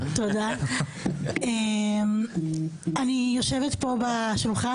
ודרך אגב זה אחד הנושאים שנמצא אצלנו בפרונט בהתייחסות שלו.